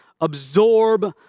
absorb